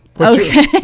Okay